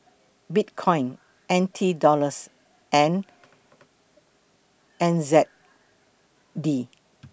Bitcoin N T Dollars and N Z D